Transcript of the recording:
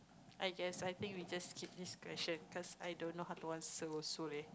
I guess I think we just skip this question cause i don't know how to answer also leh